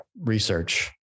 research